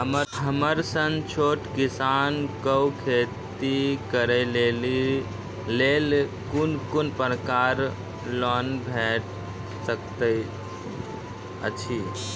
हमर सन छोट किसान कअ खेती करै लेली लेल कून कून प्रकारक लोन भेट सकैत अछि?